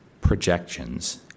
projections